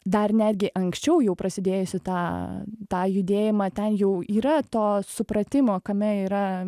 dar netgi anksčiau jau prasidėjusi tą tą judėjimą ten jau yra to supratimo kame yra